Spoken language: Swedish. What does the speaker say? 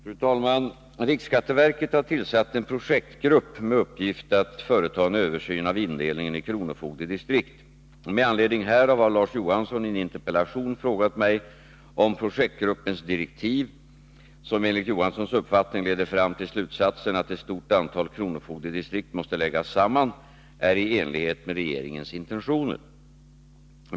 Fru talman! Riksskatteverket har tillsatt en projektgrupp med uppgift att företa en översyn av indelningen i kronofogdedistrikt. Med anledning härav har Larz Johansson i en interpellation frågat mig om projektgruppens direktiv —som enligt Larz Johanssons uppfattning leder fram till slutsatsen att ett stort antal kronofogdedistrikt måste läggas samman — är i enlighet med regeringens intentioner.